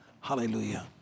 Hallelujah